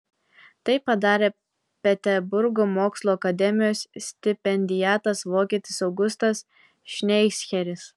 tai padarė peterburgo mokslų akademijos stipendiatas vokietis augustas šleicheris